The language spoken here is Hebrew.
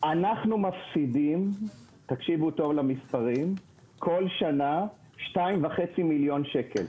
אנחנו מפסידים כל שנה 2.5 מיליון שקל,